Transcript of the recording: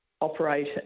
operate